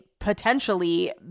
potentially